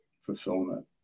fulfillment